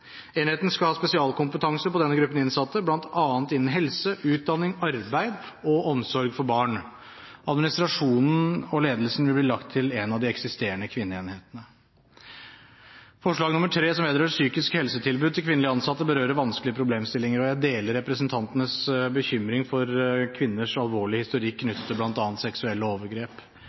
Enheten skal ha spesialkompetanse på denne gruppen innsatte, bl.a. innen helse, utdanning, arbeid og omsorg for barn. Administrasjonen og ledelsen vil bli lagt til en av de eksisterende kvinneenhetene. Forslag nr. 3, som vedrører psykisk helsetilbud til kvinnelige innsatte, berører vanskelige problemstillinger, og jeg deler representantenes bekymring for kvinners alvorlige historikk knyttet til bl.a. seksuelle overgrep.